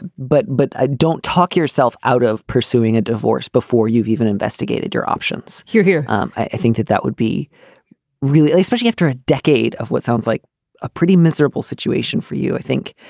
ah but but don't talk yourself out of pursuing a divorce before you've even investigated your options here here um i think that that would be really especially after a decade of what sounds like a pretty miserable situation for you. i think